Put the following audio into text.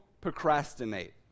procrastinate